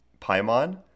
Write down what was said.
Paimon